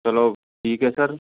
चलो ठीक है सर